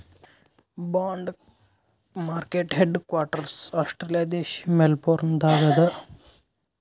bond market headquarters Australia ದೇಶ್ Melbourne ದಾಗ್ ಅದಾ